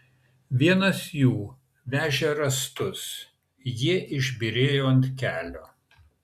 vienas jų vežė rąstus jie išbyrėjo ant kelio